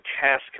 task